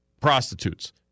prostitutes